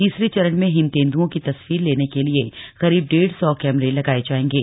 तीसरे चरण में हिम तेन्द्रओं की तस्वीर लेने के लिए करीब डेढ़ सौ कैमरे लगाए जाएंगे